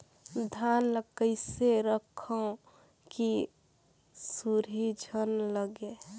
धान ल कइसे रखव कि सुरही झन लगे?